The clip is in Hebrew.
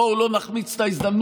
בואו לא נחמיץ את ההזדמנות,